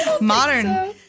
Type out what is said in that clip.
modern